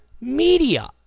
media